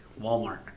Walmart